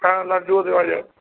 হ্যাঁ লাড্ডুও দেওয়া যায়